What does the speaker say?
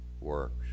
works